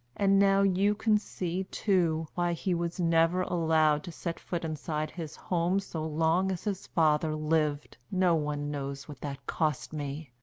and now you can see, too, why he was never allowed to set foot inside his home so long as his father lived. no one knows what that cost me.